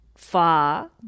far